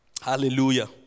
Hallelujah